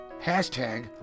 hashtag